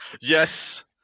Yes